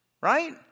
right